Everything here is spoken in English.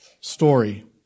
story